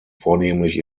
vornehmlich